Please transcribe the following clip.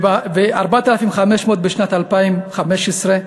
4,500 בשנת 2015,